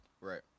right